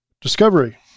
Discovery